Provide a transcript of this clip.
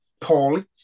poorly